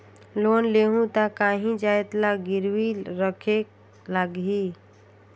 Loan लेहूं ता काहीं जाएत ला गिरवी रखेक लगही?